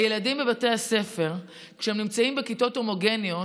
הילדים בבתי הספר, והם נמצאים בכיתות הומוגניות.